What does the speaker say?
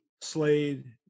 Slade